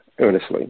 earnestly